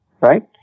right